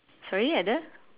sorry either